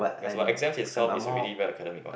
yes but exams itself is already very academic what